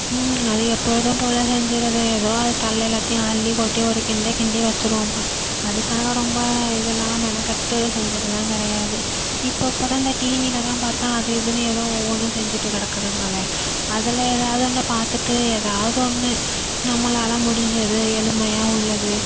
அது எப்பொழுதும் போலே செஞ்சுறது ஏதோ அது தள்ள எல்லாத்தையும் அள்ளி கொட்டி ஒரு கிண்டு கிண்டி வெச்சுருவோம்பா அதுக்காக ரொம்ப இதெலாம் மெனக்கெட்டு செஞ்சதுலாம் கெடையாது இப்பப்போ தான் இந்த டிவியில் தான் பார்த்தா அது இதுன்னு ஏதோ ஒவ்வொன்று செஞ்சிகிட்டு கிடக்குதுங்களே அதில் ஏதாவுது ஒன்றை பார்த்துட்டு ஏதாவுது ஒன்று நம்மளால் முடிஞ்சது எளிமையாக உள்ளது